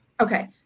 Okay